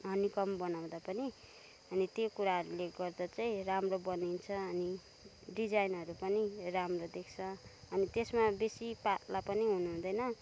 honeycomb बनाउँदा पनि अनि त्यो कुराहरूले गर्दा चाहिँ राम्रो बनिन्छ अनि डिजाइनहरू पनि राम्रो देख्छ अनि त्यसमा बेसी पात्लो पनि हुनुहुँदैन